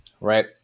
Right